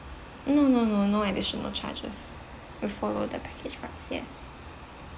no no no no additional charges we follow the package price yes